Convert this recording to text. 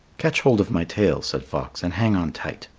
catch hold of my tail, said fox, and hang on tight.